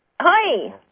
Hi